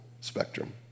spectrum